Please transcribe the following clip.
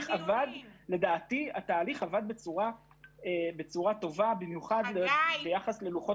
לדעתי התהליך עבד בצורה טובה במיוחד ללוחות